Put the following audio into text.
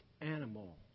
animal